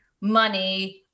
money